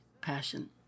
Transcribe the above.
passion